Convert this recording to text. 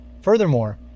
Furthermore